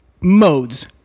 modes